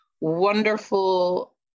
wonderful